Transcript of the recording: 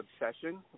obsession